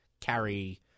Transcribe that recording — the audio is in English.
carry